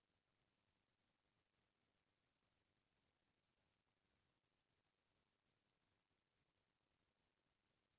जेन कुकरा ह जीत जाथे ओ कुकरा म जतका झन पइसा लगाए रथें वो मन जीत जाथें